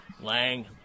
Lang